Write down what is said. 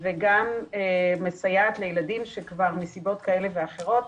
וגם מסייעת לילדים שכבר מסיבות כאלה ואחרות,